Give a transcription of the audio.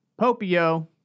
Popio